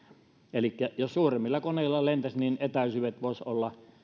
elikkä jos suuremmilla koneilla lennettäisiin niin etäisyydet voisivat olla